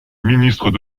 ministre